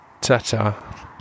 Ta-ta